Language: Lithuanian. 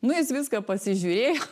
nu jis viską pasižiūrėjo